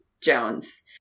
Jones